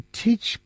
teach